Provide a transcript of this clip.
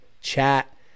chat